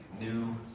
new